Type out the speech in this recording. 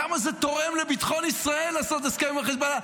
כמה זה תורם לביטחון ישראל לעשות הסכם עם החיזבאללה.